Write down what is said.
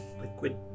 Liquid